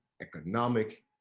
economic